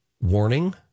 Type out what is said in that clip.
warning